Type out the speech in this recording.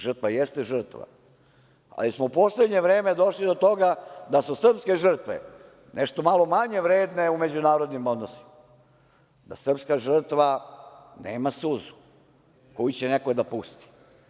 Žrtva jeste žrtva, ali smo u poslednje vreme došli do toga da su srpske žrtve nešto malo manje vredne u međunarodnim odnosima, da srpska žrtva nema suzu koju će neko da pusti.